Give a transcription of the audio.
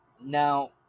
Now